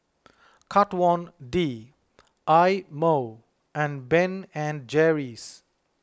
Kat Von D Eye Mo and Ben and Jerry's